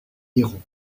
liront